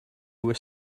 were